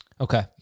Okay